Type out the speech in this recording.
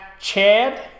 Chad